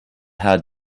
hard